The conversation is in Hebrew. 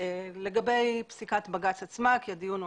לגבי פסיקת בג"ץ עצמה כי הדיון הוא